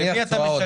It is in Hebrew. למי אתה משלם,